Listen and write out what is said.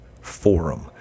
forum